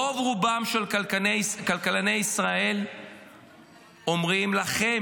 רוב-רובם של כלכלני ישראל אומרים לכם,